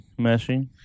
meshing